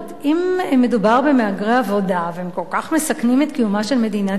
אם מדובר במהגרי עבודה והם כל כך מסכנים את קיומה של מדינת ישראל,